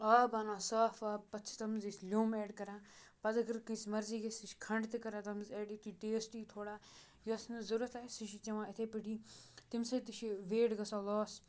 آب اَنان صاف آب پَتہٕ چھِ تَتھ منٛز أسۍ لیوٚمب اٮ۪ڈ کَران پَتہٕ اگر کٲنٛسہِ مرضی گژھِ سُہ چھِ کھَنٛڈ تہِ کَران تَتھ منٛز اٮ۪ڈ یُتھُے ٹیسٹ یی تھوڑا یۄس نہٕ ضوٚرَتھ آسہِ سُہ چھِ چٮ۪وان اِتھَے پٲٹھی تمہِ سۭتۍ تہِ چھِ ویٹ گژھان لاس